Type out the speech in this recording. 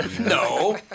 No